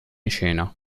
cena